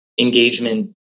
engagement